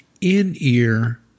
in-ear